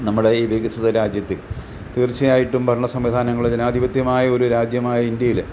നമ്മുടെ ഈ വികസിത രാജ്യത്തിൽ തീർച്ചയായിട്ടും ഭരണ സംവിധാനങ്ങള് ജനാധിപത്യമായൊരു രാജ്യമായ ഇന്ത്യയില്